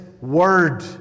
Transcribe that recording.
Word